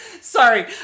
sorry